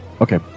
Okay